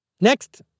Next